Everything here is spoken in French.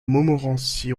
montmorency